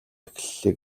эхэллээ